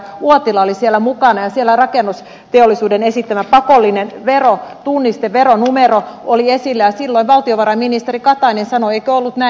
uotila oli siellä mukana ja siellä rakennusteollisuuden esittämä pakollinen tunnisteveronumero oli esillä ja silloin valtiovarainministeri katainen sanoi eikö ollut näin